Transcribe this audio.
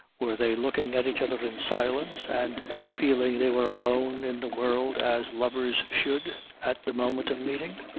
were they looking at each other in silence and feeling they were alone in the world as lovers should at the moment of meeting?